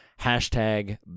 Hashtag